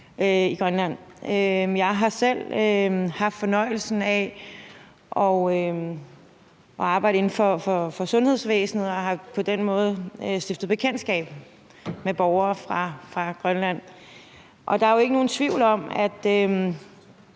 Jeg har selv haft fornøjelsen af at arbejde inden for sundhedsvæsenet og har på den måde stiftet bekendtskab med borgere fra Grønland. Der er jo ikke nogen tvivl om, at